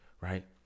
right